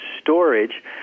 storage